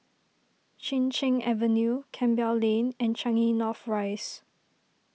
Chin Cheng Avenue Campbell Lane and Changi North Rise